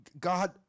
God